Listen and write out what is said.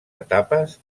etapes